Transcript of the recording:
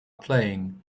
playing